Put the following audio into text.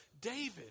David